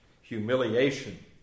humiliation